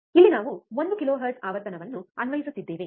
ಇಲ್ಲಿ ನಾವು ಒಂದು ಕಿಲೋಹೆರ್ಟ್ಜ್ ಆವರ್ತನವನ್ನು ಅನ್ವಯಿಸುತ್ತಿದ್ದೇವೆ